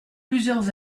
plusieurs